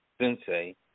sensei